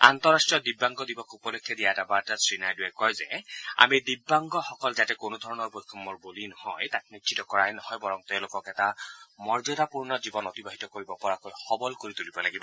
আন্তঃৰাষ্ট্ৰীয় দিব্যাংগ দিৱস উপলক্ষে দিয়া এটা বাৰ্তাত শ্ৰীনাইডৱে কয় যে আমি দিব্যাংগসকল যাতে কোনো ধৰণৰ বৈষ্যমৰ বলি নহয় তাক নিশ্চিত কৰাই নহয় বৰং তেওঁলোকক এটা মৰ্যাদাপূৰ্ণ জীৱন অতিবাহিত কৰিব পৰাকৈ সবল কৰি তুলিব লাগিব